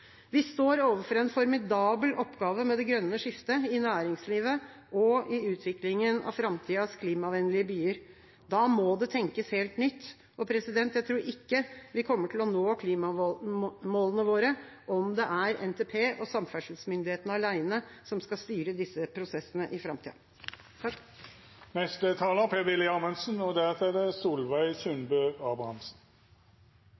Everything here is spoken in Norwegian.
Vi står overfor en formidabel oppgave med det grønne skiftet i næringslivet og i utviklingen av framtidas klimavennlige byer. Da må det tenkes helt nytt. Jeg tror ikke vi kommer til å nå klimamålene våre om det er NTP og samferdselsmyndighetene alene som skal styre disse prosessene i framtida.